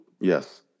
Yes